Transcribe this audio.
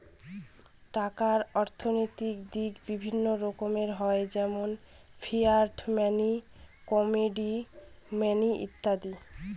টাকার অর্থনৈতিক দিক বিভিন্ন রকমের হয় যেমন ফিয়াট মানি, কমোডিটি মানি ইত্যাদি